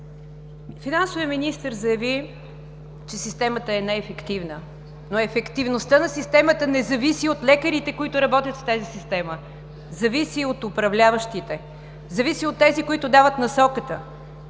Финансовият министър заяви, че системата е неефективна, но ефективността на системата не зависи от лекарите, които работят в тази система. Зависи от управляващите. Зависи от тези, които дават насоката.